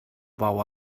bou